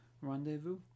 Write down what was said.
rendezvous